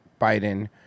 Biden